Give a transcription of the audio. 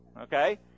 okay